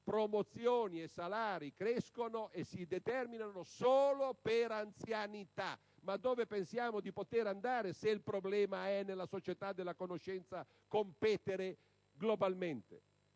promozioni e salari crescono e si determinano solo per anzianità. Ma dove pensiamo di poter andare se il problema, nella società della conoscenza, è competere globalmente?